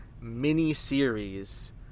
mini-series